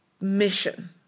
mission